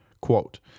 Quote